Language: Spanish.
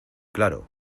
claro